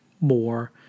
more